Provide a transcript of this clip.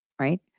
right